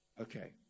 okay